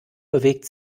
bewegt